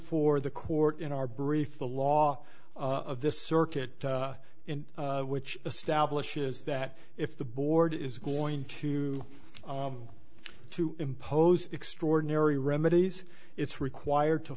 for the court in our brief the law of this circuit which establishes that if the board is going to to impose extraordinary remedies it's required to